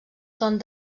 són